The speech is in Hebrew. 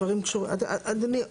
אדוני,